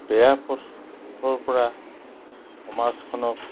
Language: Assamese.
বেয়া পথৰ পৰা সমাজখনক